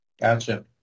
Gotcha